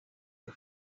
que